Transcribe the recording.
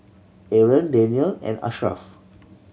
Aaron Daniel and Ashraf